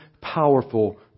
powerful